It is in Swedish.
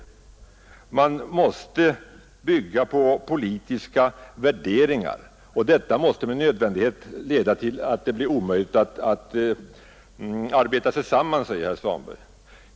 Herr Svanberg säger att man måste bygga på politiska värderingar och att detta med nödvändighet måste leda till att det blir omöjligt att arbeta samman sina ståndpunkter.